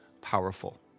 powerful